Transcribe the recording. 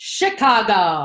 Chicago